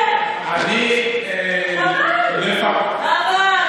חבל, חבל, חבל.